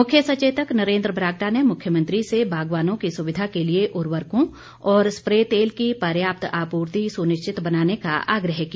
मुख्य सचेतक नरेन्द्र बरागटा ने मुख्यमंत्री से बागवानों की सुविधा के लिए उर्वरकों और स्प्रे तेल की पर्याप्त आपूर्ति सुनिश्चित बनाने का आग्रह किया